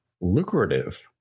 lucrative